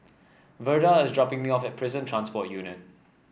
Verda is dropping me off at Prison Transport Unit